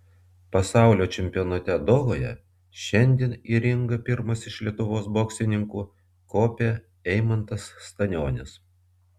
pasaulio čempionate dohoje šiandien į ringą pirmas iš lietuvos boksininkų kopė eimantas stanionis